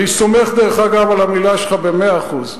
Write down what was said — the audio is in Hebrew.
דרך אגב, אני סומך על המלה שלך במאה אחוז.